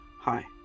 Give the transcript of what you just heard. Hi